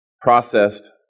processed